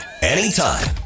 anytime